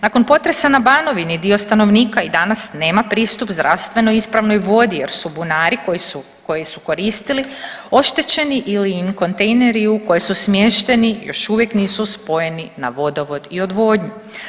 Nakon potresa na Banovini dio stanovnika i danas nema pristup zdravstveno ispravnoj vodi jer su bunari koje su koristiti oštećeni ili im kontejneri u koje su smješteni još uvijek nisu spojeni na vodovod i odvodnju.